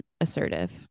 assertive